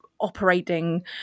operating